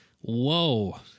whoa